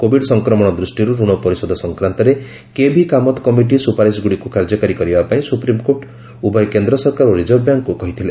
covid ସଂକ୍ରମଣ ଦୃଷ୍ଟିରୁ ରଣ ପରିଶୋଧ ସଂକ୍ରାନ୍ତରେ କେଭିକାମତ୍ କମିଟି ସୁପାରିଶ ଗୁଡ଼ିକୁ କାର୍ଯ୍ୟକାରୀ କରିବାପାଇଁ ସୁପ୍ରିମକୋର୍ଟ ଉଭୟ କେନ୍ଦ୍ ସରକାର ଓ ରିଜର୍ଭ ବ୍ୟାଙ୍କକୁ କହିଥିଲେ